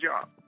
job